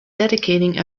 dedicating